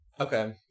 Okay